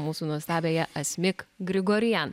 mūsų nuostabiąją asmik grigorian